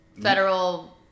federal